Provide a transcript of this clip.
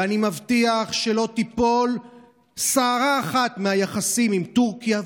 ואני מבטיח שלא תיפול שערה אחת מהיחסים עם טורקיה.